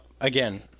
Again